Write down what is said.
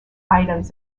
items